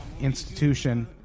institution